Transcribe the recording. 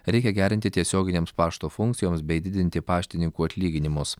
reikia gerinti tiesioginėms pašto funkcijoms bei didinti paštininkų atlyginimus